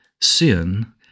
sin